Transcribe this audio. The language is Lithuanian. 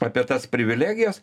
apie tas privilegijas